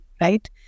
right